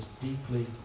deeply